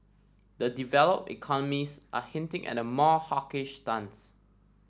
the develop economies are hinting at a more hawkish stance